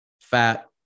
fat